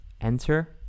enter